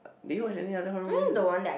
do you watch any other horror movies